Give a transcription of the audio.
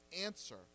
answer